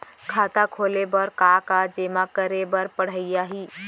खाता खोले बर का का जेमा करे बर पढ़इया ही?